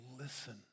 listen